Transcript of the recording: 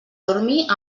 dormir